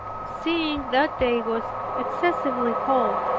seeing that day was excessively hot,